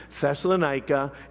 Thessalonica